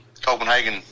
Copenhagen